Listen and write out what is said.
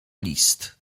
list